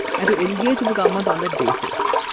and to engage with the government on that basis.